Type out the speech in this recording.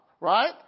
right